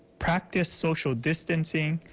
practice social distancing,